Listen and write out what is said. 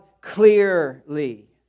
clearly